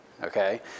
okay